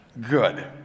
Good